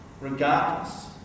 regardless